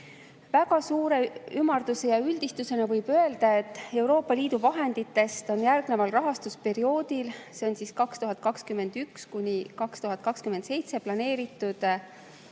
suure ümarduse ja üldistusena võib öelda, et Euroopa Liidu vahenditest on järgneval rahastusperioodil, see on 2021–2027, planeeritud